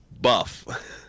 Buff